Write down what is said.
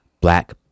Black